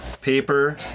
Paper